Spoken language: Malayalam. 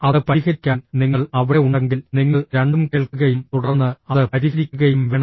അത് പരിഹരിക്കാൻ നിങ്ങൾ അവിടെ ഉണ്ടെങ്കിൽ നിങ്ങൾ രണ്ടും കേൾക്കുകയും തുടർന്ന് അത് പരിഹരിക്കുകയും വേണം